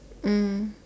mm